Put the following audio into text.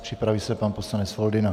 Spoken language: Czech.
Připraví se pan poslanec Foldyna.